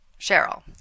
Cheryl